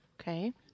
Okay